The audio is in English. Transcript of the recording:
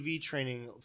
training